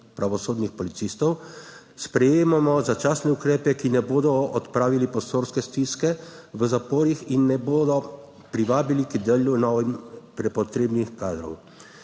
pravosodnih policistov. Sprejemamo začasne ukrepe, ki ne bodo odpravili prostorske stiske v zaporih in ne bodo privabili k delu novim prepotrebnih kadrov.